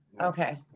Okay